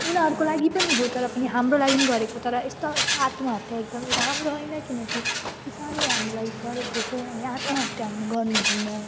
उनीहरूको लागि पनि हो तर पनि हाम्रो लागि पनि गरेको यस्तो आत्महत्या एकदमै राम्रो होइन किनकि किसानले हाम्रो लागि गरेको आत्महत्या हामीले गर्न दिनुहुँदैन